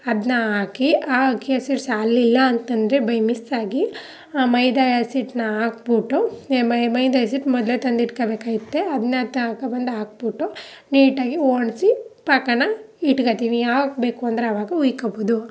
ಅದನ್ನ ಹಾಕಿ ಆ ಅಕ್ಕಿ ಹಸಿಟ್ಟು ಸಾಲ್ಲಿಲ್ಲ ಅಂತ ಅಂದ್ರೆ ಬೈ ಮಿಸ್ಸಾಗಿ ಮೈದಾ ಹಸಿಟ್ಟನ್ನ ಹಾಕ್ಬಿಟ್ಟು ಏ ಮೈದಾ ಹಸಿಟ್ಟು ಮೊದಲೇ ತಂದಿಟ್ಕೊಳ್ಬೇಕೈತೆ ಅದನ್ನ ತಗೊಂಡ್ಬಂದು ಹಾಕ್ಬಿಟ್ಟು ನೀಟಾಗಿ ಒಣ್ಗ್ಸಿ ಪಾಕನ ಇಟ್ಕೊಳ್ತೀವಿ ಯಾವಾಗ ಬೇಕು ಅಂದ್ರೆ ಆವಾಗ ಉಯ್ಕೊಳ್ಬೋದು